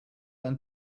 ein